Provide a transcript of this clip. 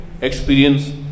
Experience